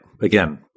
Again